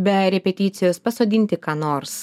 be repeticijos pasodinti ką nors